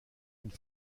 une